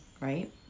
right